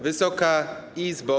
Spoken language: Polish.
Wysoka Izbo!